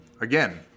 again